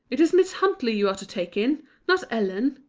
it is miss huntley you are to take in not ellen.